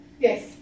Yes